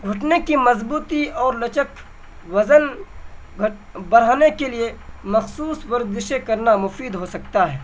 گھنٹے کی مضبوطی اور لچک وزن بڑھانے کے لیے مخصوص ورزشیں کرنا مفید ہو سکتا ہے